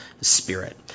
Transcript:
spirit